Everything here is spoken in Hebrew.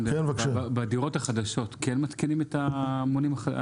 בדירות החדשות מתקינים את המונים?